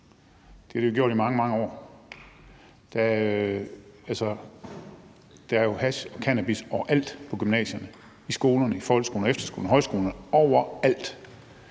Det har de gjort i mange, mange år. Der er jo hash og cannabis overalt på gymnasierne, i skolerne, folkeskolerne, på efterskolerne, højskolerne, overalt.